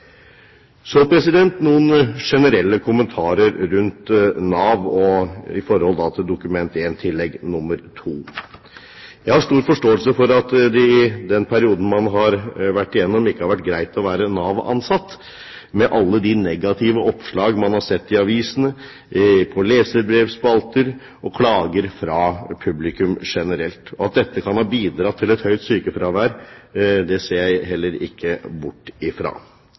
Så noen generelle kommentarer rundt Nav når det gjelder Dokument 1 Tillegg 2 for 2009–2010. Jeg har stor forståelse for at det i den perioden man har vært igjennom, ikke har vært greit å være Nav-ansatt, med alle de negative oppslag man har sett i avisene, i leserbrevspalter, og med klager fra publikum generelt. At dette kan ha bidratt til et høyt sykefravær, ser jeg heller ikke bort